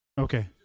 Okay